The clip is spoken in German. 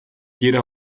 jeder